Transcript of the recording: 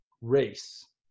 race